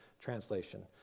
translation